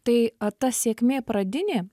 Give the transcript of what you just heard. tai ta sėkmė pradinė